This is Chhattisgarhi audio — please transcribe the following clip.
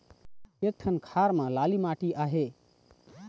एक ठन खार म लाली माटी आहे?